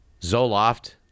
Zoloft